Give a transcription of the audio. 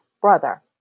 brother